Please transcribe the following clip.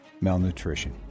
malnutrition